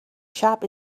shop